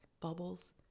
bubbles